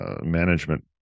management